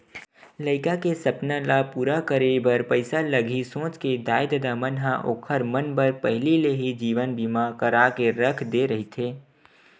लइका के सपना ल पूरा करे बर पइसा लगही सोच के दाई ददा मन ह ओखर मन बर पहिली ले ही जीवन बीमा करा के रख दे रहिथे